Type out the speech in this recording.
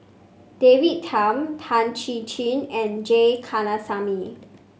David Tham Tan Chin Chin and J Kandasamy